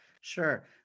Sure